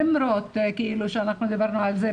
למרות שדיברנו על זה,